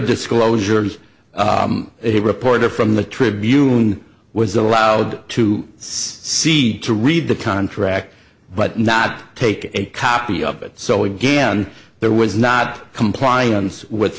disclosures a reporter from the tribune was allowed to see to read the contract but not take a copy of it so again there was not compliance w